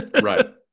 right